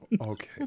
Okay